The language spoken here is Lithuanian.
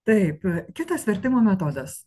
taip kitas vertimo metodas